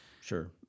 Sure